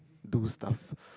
do stuff